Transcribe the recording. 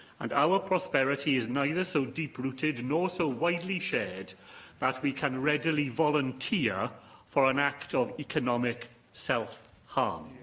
and our prosperity is neither so deep-rooted nor so widely shared that we can readily volunteer for an act of economic self-harm. um